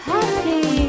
Happy